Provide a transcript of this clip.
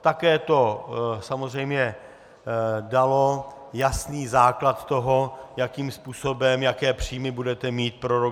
Také to samozřejmě dalo jasný základ toho, jakým způsobem jaké příjmy budete mít pro rok 2015.